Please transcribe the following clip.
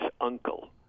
uncle